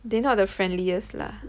they not the friendliest lah